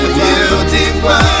beautiful